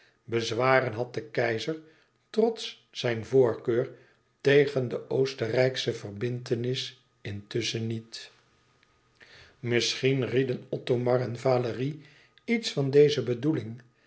bezwaren had de keizer trots zijn voorkeur tegen de oostenrijksche verbintenis intusschen niet e ids aargang isschien rieden othomar en valérie iets van deze bedoeling